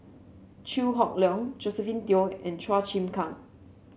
Chew Hock Leong Josephine Teo and Chua Chim Kang